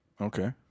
Okay